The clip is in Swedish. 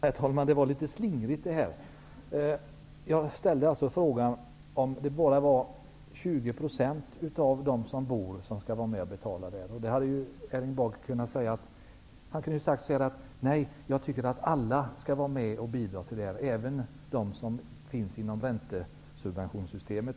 Herr talman! Detta var litet slingrigt. Jag ställde alltså frågan om det bara är 20 % av de boende som skall vara med och betala. Erling Bager hade kunnat svara: Nej, jag tycker att alla skall vara med och bidra till detta, även de som omfattas av räntesubventionssystemet.